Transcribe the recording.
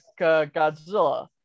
Godzilla